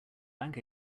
bank